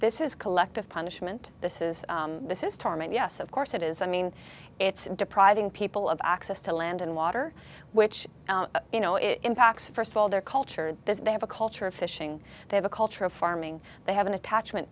this is collective punishment this is this is torment yes of course it is i mean it's depriving people of access to land and water which you know it impacts first of all their culture that they have a culture of fishing they have a culture of farming they have an attachment